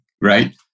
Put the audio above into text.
right